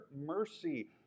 mercy